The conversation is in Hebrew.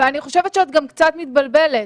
אני חושבת שאת גם קצת מתבלבלת.